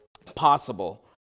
possible